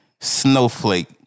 snowflake